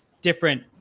different